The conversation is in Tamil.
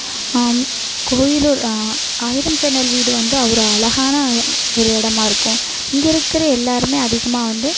கோயிலூர் ஆயிரம் ஜன்னல் வீடு வந்து அ ஒரு அழகான ஒரு இடமா இருக்கும் இங்கே இருக்கிற எல்லாருமே அதிகமாக வந்து